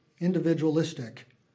individualistic